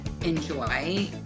enjoy